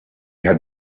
had